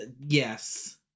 yes